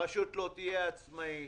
הרשות לא תהיה עצמאית.